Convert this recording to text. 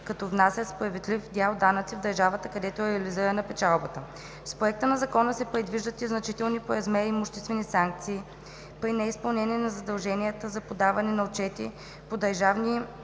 като внасят справедлив дял данъци в държавата, където е реализирана печалбата. С Проекта на закон се предвиждат и значителни по размер имуществени санкции при неизпълнение на задълженията за подаване на отчети по държави